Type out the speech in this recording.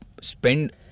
spend